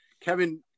Kevin